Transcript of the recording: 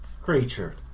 creature